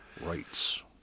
Rights